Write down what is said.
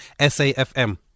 SAFM